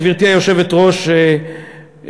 גברתי היושבת-ראש,